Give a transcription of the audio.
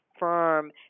firm